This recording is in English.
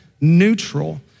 neutral